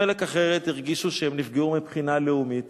חלק הרגישו שנפגעו מבחינה לאומית.